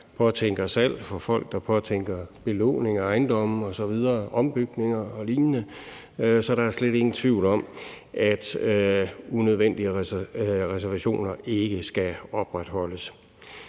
påtænker salg, og for folk, der påtænker belåning af ejendomme osv., ombygninger og lignende. Så der er slet ingen tvivl om, at unødvendige arealreservationer ikke skal opretholdes.